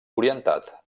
orientat